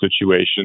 situation